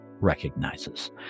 recognizes